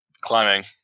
Climbing